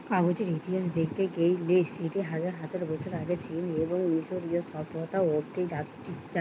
কাগজের ইতিহাস দেখতে গেইলে সেটি হাজার হাজার বছর আগে চীন এবং মিশরীয় সভ্যতা অব্দি জাতিছে